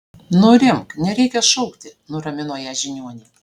nurimk nereikia šaukti nuramino ją žiniuonė